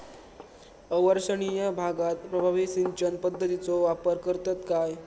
अवर्षणिय भागात प्रभावी सिंचन पद्धतीचो वापर करतत काय?